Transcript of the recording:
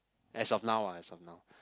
as of now ah as of now